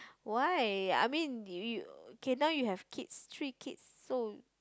why I mean you okay now you have kids three kids so